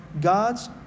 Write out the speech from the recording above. God's